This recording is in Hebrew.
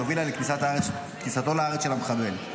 שהובילה לכניסתו לארץ של המחבל,